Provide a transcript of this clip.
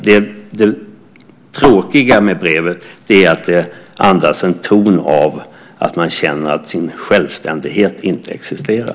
Det tråkiga med brevet är att det andas en ton av att man känner att ens självständighet inte existerar.